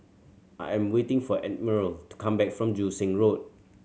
I am waiting for Admiral to come back from Joo Seng Road